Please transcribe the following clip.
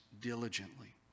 diligently